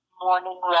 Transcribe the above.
morning